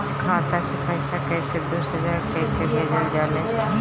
खाता से पैसा कैसे दूसरा जगह कैसे भेजल जा ले?